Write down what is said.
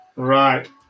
Right